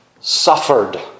suffered